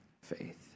faith